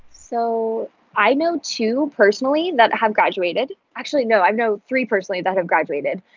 so i know two personally that have graduated actually, no, i know three personally that have graduated.